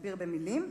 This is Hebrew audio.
להכביר מלים.